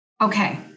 Okay